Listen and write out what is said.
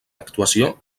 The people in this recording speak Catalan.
actuació